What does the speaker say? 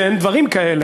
כי אין דברים כאלה.